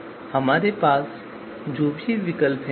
इसलिए हम यहां जो चर्चा कर रहे हैं उसमें कुछ बदलाव हो सकते हैं